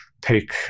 take